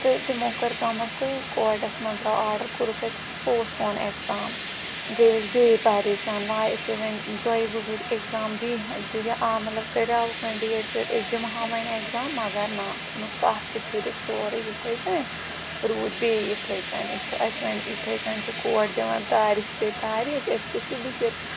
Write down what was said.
تہٕ تِمو کٔر کٲمہ تہٕ کوٹَس منٛز درٛاو آرڈَر کوٚرُکھ اَسہِ پوسٹپون اٮ۪کزام گٔے أسۍ بیٚیہِ پریشان وۄنۍ آے أسے وۄنۍ دۄیہ وٕۂرۍ اٮ۪کزام دی ہہ آ مطلب کَڑیٛاوُکھ وۄنۍ ڈیٹ شیٖٹ أسۍ دِمہٕ ہَو وۄنۍ اٮ۪کزام مگر نہ ژھٕنُکھ تَتھ تہِ پھِرِتھ سورُے یِتھَے کٔنۍ روٗدۍ بیٚیہِ یِتھَے کٔنٮ۪تھ چھِ أسۍ وۄنۍ اِتھَے کٔنۍ چھُ کوٹ دِوَن تاریٖخ پے تاریٖخ أسۍ تہِ چھِ بِہِتھ